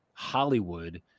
hollywood